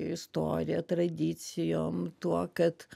istorija tradicijom tuo kad